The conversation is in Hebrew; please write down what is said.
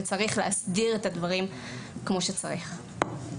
וצריך להסדיר את הדברים כמו שצריך.